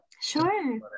Sure